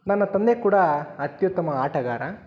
ನನ್ನ ತಂದೆ ಕೂಡ ಅತ್ತ್ಯುತ್ತಮ ಆಟಗಾರ